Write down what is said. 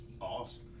awesome